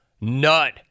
nut